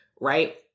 right